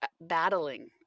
battling